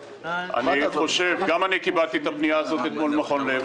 גם אני קיבלתי את הפנייה הזאת אתמול ממכון "לב".